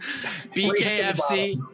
BKFC